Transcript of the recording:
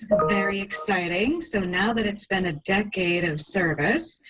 very exciting. so now that it's been a decade of service,